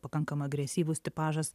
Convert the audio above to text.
pakankamai agresyvus tipažas